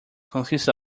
consists